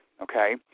okay